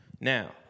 Now